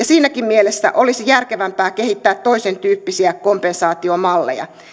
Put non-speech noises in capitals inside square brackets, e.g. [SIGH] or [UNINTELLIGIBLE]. [UNINTELLIGIBLE] siinäkin mielessä olisi järkevämpää kehittää toisentyyppisiä kompensaatiomalleja